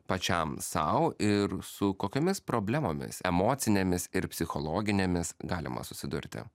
pačiam sau ir su kokiomis problemomis emocinėmis ir psichologinėmis galima susidurti